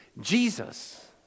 Jesus